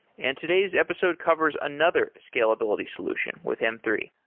and today's episode covers another scalability solution with m three.